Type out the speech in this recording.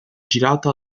girato